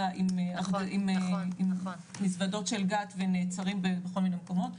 עם מזוודות של גת ונעצרים בכל מיני מקומות,